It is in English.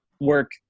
work